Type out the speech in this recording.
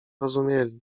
rozumieli